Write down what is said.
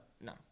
No